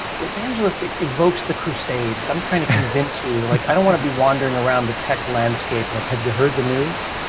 evangelist evokes the crusades. i'm trying to convince you. like, i don't want to be wandering around the tech landscape like, have you heard the news?